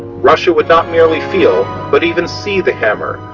russia would not merely feel, but even see the hammer,